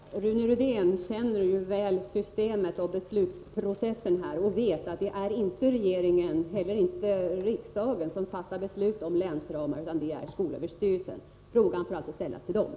Herr talman! Rune Rydén borde känna väl till systemet och beslutsprocessen. Det är således inte riksdagen som fattar beslut om länsramarna, utan det är skolöverstyrelsen. Frågan får alltså ställas till denna.